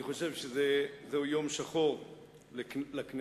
אני חושב שזהו יום שחור לכנסת